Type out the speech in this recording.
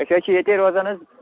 أسۍ حظ چھِ ییٚتی روزان حظ